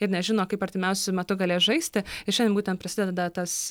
ir nežino kaip artimiausiu metu galės žaisti ir šiandien būtent prasideda tas